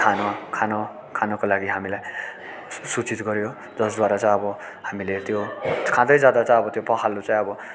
खान खान खानको लागि हामीलाई सुचित गऱ्यो जसद्वारा चाहिँ अब हामीले त्यो खाँदै जाँदा चाहिँ अब त्यो पखाला चाहिँ अब